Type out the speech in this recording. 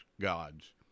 gods